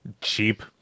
cheap